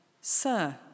Sir